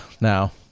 now